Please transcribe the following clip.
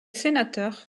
sénateur